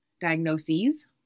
Diagnoses